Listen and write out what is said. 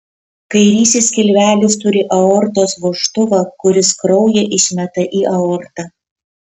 kairysis skilvelis turi aortos vožtuvą kuris kraują išmeta į aortą